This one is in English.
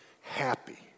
happy